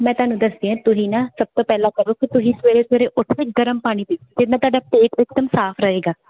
ਮੈਂ ਤੁਹਾਨੂੰ ਦੱਸਿਆ ਤੁਸੀਂ ਨਾ ਸਭ ਤੋਂ ਪਹਿਲਾਂ ਕਰੋ ਕਿ ਤੁਸੀਂ ਸਵੇਰੇ ਸਵੇਰੇ ਉੱਠ ਕੇ ਗਰਮ ਪਾਣੀ ਪੀਓ ਫਿਰ ਨਾ ਤੁਹਾਡਾ ਪੇਟ ਇਕਦਮ ਸਾਫ ਰਹੇਗਾ